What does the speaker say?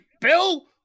Bill